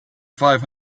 five